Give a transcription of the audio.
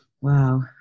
Wow